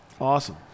Awesome